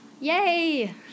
Yay